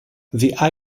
the